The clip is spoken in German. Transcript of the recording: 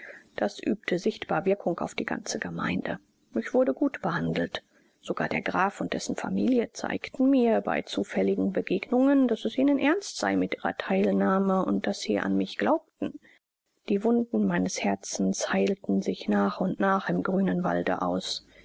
das übte sichtbare wirkung auf die ganze gemeinde ich wurde gut behandelt sogar der graf und dessen familie zeigten mir bei zufälligen begegnungen daß es ihnen ernst sei mit ihrer theilnahme und daß sie an mich glaubten die wunden meines herzens heilten sich nach und nach im grünen walde aus